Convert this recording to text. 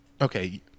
Okay